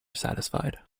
satisfied